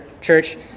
church